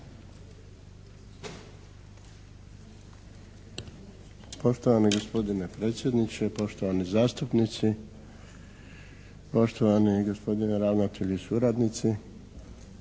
Poštovani gospodine predsjedniče, poštovani zastupnici, poštovani gospodine ravnatelju i suradnici.